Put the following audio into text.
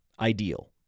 ideal